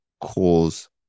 cause